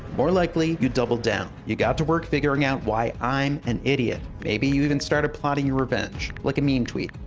more likely, you doubled down. you got to work figuring out why i'm an idiot. maybe you even started plotting your revenge, like a mean tweet.